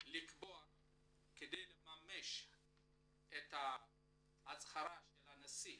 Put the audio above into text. כדי לממש את הצהרת הנשיא